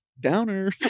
Downer